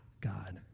God